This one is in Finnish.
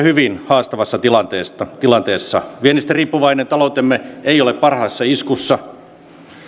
hyvin haastavassa tilanteessa viennistä riippuvainen taloutemme ei ole parhaassa iskussa